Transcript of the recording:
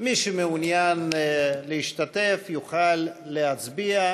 איציק שמולי,